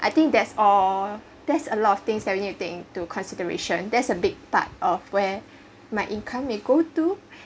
I think there's all there's a lot of things that we need to take into consideration that's a big part of where my income may go to